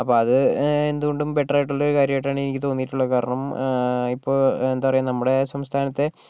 അപ്പോൾ അത് എന്തുകൊണ്ടും ബെറ്റർ ആയിട്ടുള്ള ഒരു കാര്യമായിട്ടാണ് എനിക്ക് തോന്നിയിട്ടുള്ളത് കാരണം ഇപ്പോൾ എന്താ പറയുക നമ്മുടെ സംസ്ഥാനത്തെ